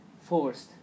forced